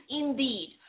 indeed